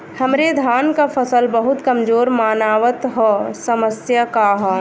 हमरे धान क फसल बहुत कमजोर मनावत ह समस्या का ह?